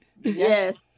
yes